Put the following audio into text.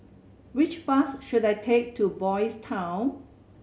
which bus should I take to Boys' Town